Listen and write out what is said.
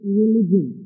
religion